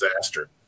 disaster